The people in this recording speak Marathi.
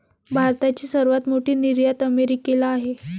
भारताची सर्वात मोठी निर्यात अमेरिकेला आहे